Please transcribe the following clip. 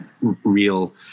real